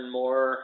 more